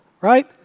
Right